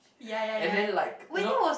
and then like you know